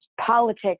politics